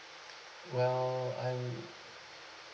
well I'm